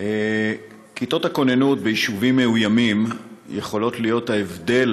כיתות הכוננות ביישובים מאוימים יכולות להיות ההבדל